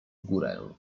górę